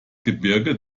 gebirge